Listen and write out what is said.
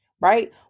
right